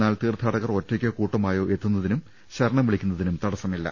എന്നാൽ തീർത്ഥാടകർ ഒറ്റയ്ക്കോ കൂട്ടമായോ എത്തുന്നതിനും ശരണം വിളിക്കുന്നതിനും തടസ്സ മില്ല